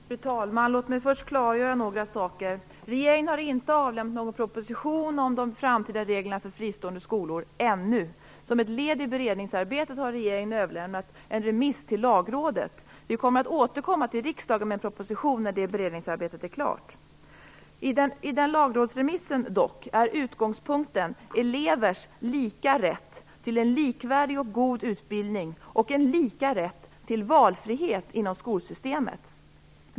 Fru talman! Låt mig först klargöra några saker. Regeringen har ännu inte avlämnat någon proposition om de framtida reglerna för fristående skolor. Som ett led i beredningsarbetet har regeringen överlämnat en remiss till Lagrådet. Regeringen kommer att återkomma till riksdagen med en proposition när beredningsarbetet är klart. I lagrådsremissen är dock utgångspunkten elevers lika rätt till en likvärdig och god utbildning och lika rätt till valfrihet inom skolsystemet.